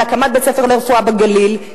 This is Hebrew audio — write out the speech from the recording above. על הקמת בית-ספר לרפואה בגליל,